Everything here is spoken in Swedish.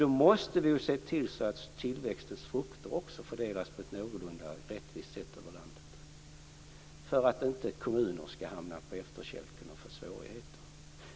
Då måste vi också se till att tillväxtens frukter fördelas på ett någorlunda rättvist sätt över landet för att inte några kommuner skall hamna på efterkälken och få svårigheter.